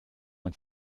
man